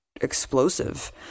explosive